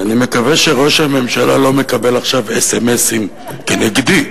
אני מקווה שראש הממשלה לא מקבל עכשיו אס.אם.אסים כנגדי,